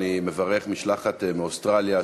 אני רוצה להחזיר את כולנו שנה אחורה,